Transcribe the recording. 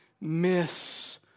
miss